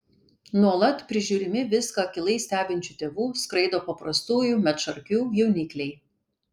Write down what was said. nuolat prižiūrimi viską akylai stebinčių tėvų skraido paprastųjų medšarkių jaunikliai